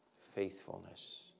faithfulness